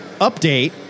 Update